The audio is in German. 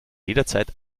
jederzeit